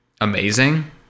amazing